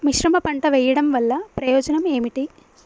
మిశ్రమ పంట వెయ్యడం వల్ల ప్రయోజనం ఏమిటి?